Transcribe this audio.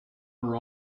her